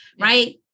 Right